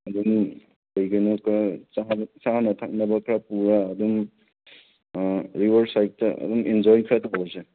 ꯑꯗꯨꯝ ꯀꯩꯀꯩꯅꯣ ꯑꯃꯨꯛꯀ ꯆꯥꯅ ꯊꯛꯅꯕ ꯈꯔ ꯄꯨꯔ ꯑꯗꯨꯝ ꯔꯤꯚꯔ ꯁꯥꯏꯠꯇ ꯑꯗꯨꯝ ꯏꯟꯖꯣꯏ ꯈꯔ ꯇꯧꯁꯦ